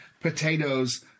potatoes